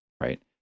Right